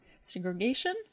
segregation